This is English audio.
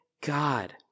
God